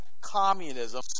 communism